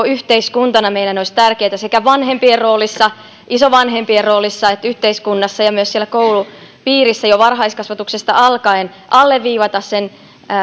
yhteiskuntana meidän olisi tärkeätä sekä vanhempien roolissa isovanhempien roolissa että yhteiskunnassa ja myös siellä koulupiirissä jo varhaiskasvatuksesta alkaen alleviivata sen